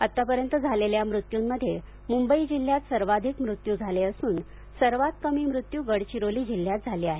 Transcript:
आत्तापर्यंत झालेल्या मृत्यूंमध्ये मुंबई जिल्ह्यात सर्वाधिक मृत्यू झाले असून सर्वात कमी मृत्यू गडचिरोली जिल्ह्यात झाले आहेत